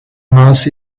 mass